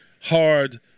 hard